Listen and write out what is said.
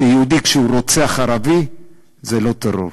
שכשיהודי רוצח ערבי זה לא טרור.